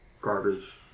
garbage